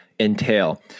entail